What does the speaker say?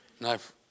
knife